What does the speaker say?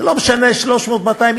זה לא משנה 300 או 200,